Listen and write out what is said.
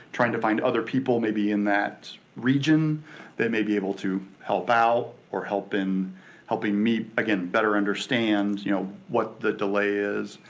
trying to find other people maybe in that region that may be able to help out or help in helping me, again, better understand you know what the delay is,